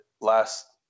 last